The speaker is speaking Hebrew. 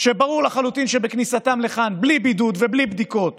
כשברור לחלוטין שכניסתם לכאן בלי בידוד ובלי בדיקות